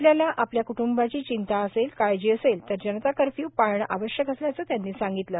आपल्याला आपल्या क्टूंबाची चिंता असेल काळजी असेल तर जनता कर्फ्यू पाळणे आवश्यक असल्याचे त्यांनी सांगितले